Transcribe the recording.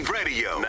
Radio